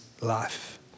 life